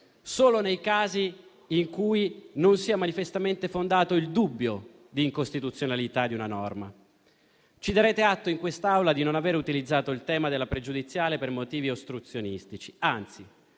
solo nei casi in cui sia manifestamente fondato il dubbio d'incostituzionalità di una norma. Ci darete atto in quest'Aula di non aver utilizzato il tema della pregiudiziale per motivi ostruzionistici, anzi;